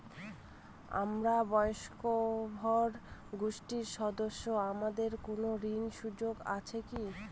আমরা স্বয়ম্ভর গোষ্ঠীর সদস্য আমাদের কোন ঋণের সুযোগ আছে কি?